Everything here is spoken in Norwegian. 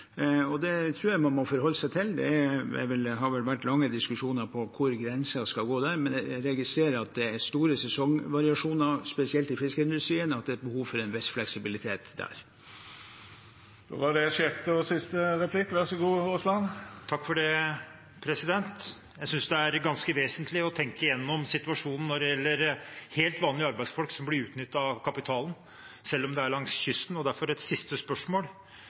Det tror jeg man må forholde seg til. Det har vært lange diskusjoner om hvor grensen skal gå der, men jeg registrerer at det er store sesongvariasjoner, spesielt i fiskeindustrien, så det er behov for en viss fleksibilitet der. Jeg synes det er ganske vesentlig å tenke gjennom situasjonen når det gjelder helt vanlige arbeidsfolk som blir utnyttet av kapitalen, selv om det er langs kysten, og derfor et siste spørsmål: